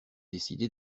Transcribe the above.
décidé